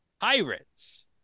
Pirates